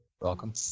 Welcome